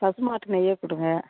பசு மாட்டு நெய்யே கொடுங்க